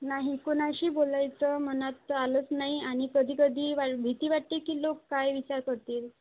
नाही कोणाशी बोलायचं मनात आलंच नाही आणि कधी कधी वा भीती वाटते की लोक काय विचार करतील